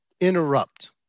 interrupt